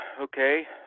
Okay